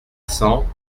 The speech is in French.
cent